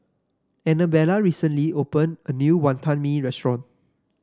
Annabella recently opened a new Wonton Mee restaurant